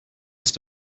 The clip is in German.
ist